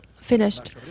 finished